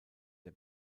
der